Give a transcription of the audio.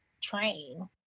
train